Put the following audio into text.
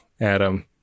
Adam